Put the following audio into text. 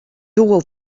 doel